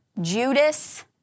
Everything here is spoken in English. Judas